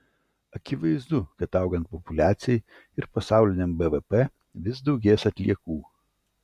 akivaizdu kad augant populiacijai ir pasauliniam bvp vis daugės atliekų